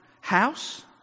House